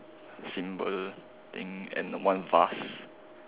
symbol thing and one vase